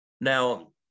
Now